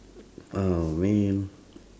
!aww! man